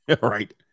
right